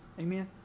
Amen